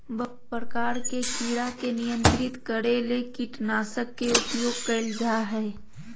बहुत प्रकार के कीड़ा के नियंत्रित करे ले कीटनाशक के उपयोग कयल जा हइ